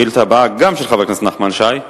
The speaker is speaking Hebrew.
השאילתא הבאה גם היא של חבר הכנסת נחמן שי.